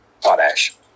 potash